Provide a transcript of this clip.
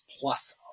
plus